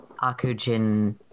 Akujin